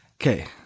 Okay